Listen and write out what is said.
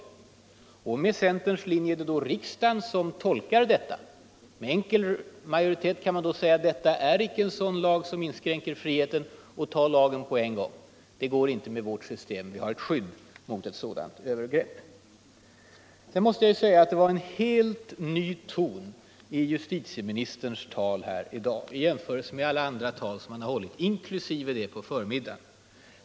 Följer man centerns linje är det då riksdagen som tolkar detta. Med enkel majoritet kan riksdagen då säga att detta inte är en sådan lag som inskränker friheter och anta lagen på en gång. Det går inte med vårt system. Vi har ett skydd mot ett sådant övergrepp. Det var en helt ny ton i justitieministerns tal nu i jämförelse med alla andra tal han har hållit, inklusive det han höll på förmiddagen.